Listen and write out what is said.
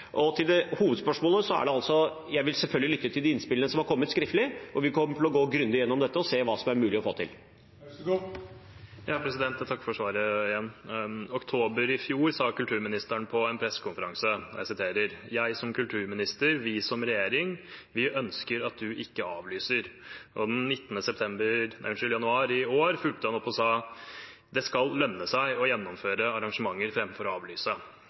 Og til hovedspørsmålet: Jeg vil selvfølgelig lytte til de innspillene som har kommet skriftlig, og vi kommer til å gå grundig igjennom dette og se hva som er mulig å få til. Jeg takker igjen for svaret. I oktober i fjor sa kulturministeren på en pressekonferanse: «Jeg som kulturminister, vi som regjering, vi ønsker at du ikke avlyser.» Den 19. januar i år fulgte han opp og sa at «det skal lønne seg å gjennomføre arrangementer framfor å avlyse».